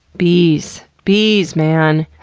bees. bees, man.